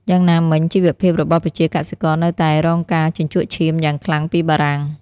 យ៉ាងណាមិញ ជីវភាពរបស់ប្រជាកសិករនៅតែរងការជញ្ជក់ឈាមយ៉ាងខ្លាំងពីបារាំង។